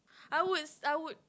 I would I would